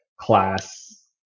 class